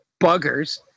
buggers